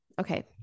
Okay